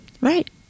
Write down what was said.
Right